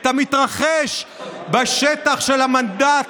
את המתרחש בשטח של המנדט